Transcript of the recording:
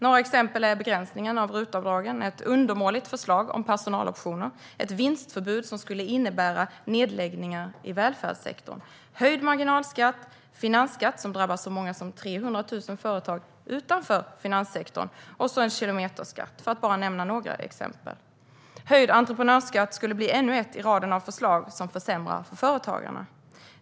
Några exempel är begränsningarna av RUT-avdragen, ett undermåligt förslag om personaloptioner, ett vinstförbud som skulle innebära nedläggningar i välfärdssektorn, höjd marginalskatt, finansskatt som drabbar så många som 300 000 företag utanför finanssektorn samt en kilometerskatt. Detta är bara några exempel. Höjd entreprenörsskatt skulle bli ännu ett i raden av förslag som försämrar för företagarna.